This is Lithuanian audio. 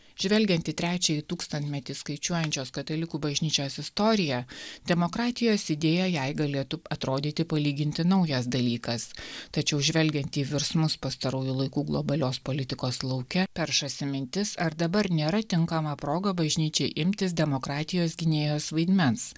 žvelgiant į trečiąjį tūkstantmetį skaičiuojančios katalikų bažnyčios istoriją demokratijos idėja jai galėtų atrodyti palyginti naujas dalykas tačiau žvelgiant į virsmus pastarųjų laikų globalios politikos lauke peršasi mintis ar dabar nėra tinkama proga bažnyčiai imtis demokratijos gynėjos vaidmens